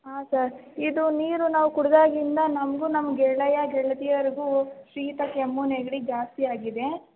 ಹಾಂ ಸರ್ ಇದು ನೀರು ನಾವು ಕುಡಿದಾಗಿಂದ ನಮಗೂ ನಮ್ಮ ಗೆಳೆಯ ಗೆಳತಿಯರಿಗೂ ಶೀತ ಕೆಮ್ಮು ನೆಗಡಿ ಜಾಸ್ತಿಯಾಗಿದೆ